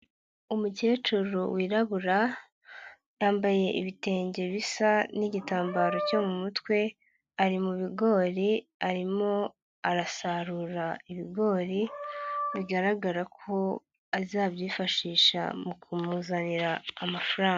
Umukecuru wirabura yambaye ibitenge bisa n'igitambaro cyo mu mutwe ari mu bigori arimo arasarura ibigori bigaragara ko azabyifashisha mu kumuzanira amafaranga.